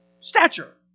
stature